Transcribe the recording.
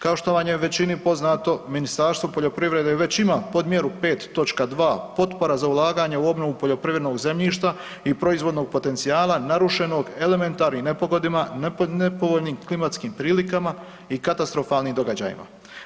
Kao što vam je većini poznato, Ministarstvo poljoprivrede već ima Podmjeru 5.2. potpora za ulaganje u obnovu poljoprivrednog zemljišta i proizvodnog potencijala narušenog elementarnim nepogodama, nepovoljnim klimatskim prilikama i katastrofalnim događajima.